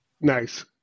Nice